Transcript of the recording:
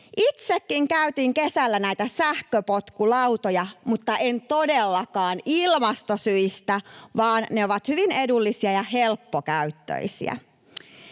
Itsekin käytin kesällä näitä sähköpotkulautoja, mutta en todellakaan ilmastosyistä, vaan ne ovat hyvin edullisia ja helppokäyttöisiä.